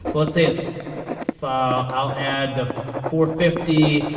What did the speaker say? let's say it's five. i'll add the four fifty.